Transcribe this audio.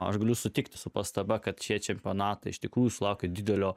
aš galiu sutikti su pastaba kad šie čempionatai iš tikrųjų sulaukė didelio